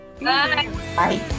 Bye